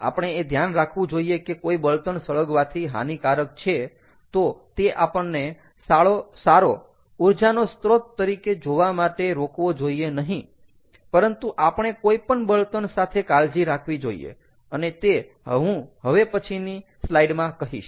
આપણે એ ધ્યાન રાખવું જોઈએ કે કોઈ બળતણ સળગવાથી હાનિકારક છે તો તે આપણને સારો ઊર્જાનો સ્ત્રોત તરીકે જોવા માટે રોકવો જોઇએ નહીં પરંતુ આપણે કોઈ પણ બળતણ સાથે કાળજી રાખવી જોઈએ અને તે હું હવે પછીની સ્લાઇડ માં કહીશ